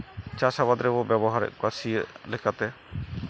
ᱪᱟᱥ ᱟᱵᱟᱫᱽ ᱨᱮᱵᱚ ᱵᱮᱵᱚᱦᱟᱨᱮᱫ ᱠᱚᱣᱟ ᱥᱤᱭᱚᱜ ᱞᱮᱠᱟᱛᱮ